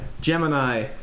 Gemini